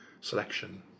selection